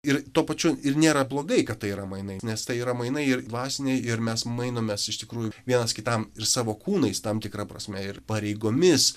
ir tuo pačiu ir nėra blogai kad tai yra mainai nes tai yra mainai ir dvasiniai ir mes mainomės iš tikrųjų vienas kitam ir savo kūnais tam tikra prasme ir pareigomis